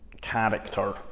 character